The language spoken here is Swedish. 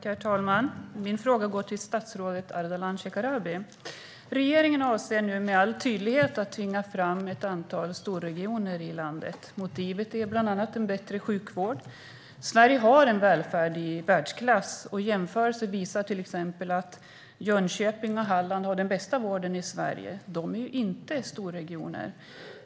Herr talman! Min fråga går till statsrådet Ardalan Shekarabi. Regeringen avser nu med all tydlighet att tvinga fram ett antal storregioner i landet. Motivet är bland annat en bättre sjukvård. Sverige har en välfärd i världsklass. Jämförelser visar till exempel att Jönköpings och Hallands län har den bästa vården i Sverige. De är inte storregioner.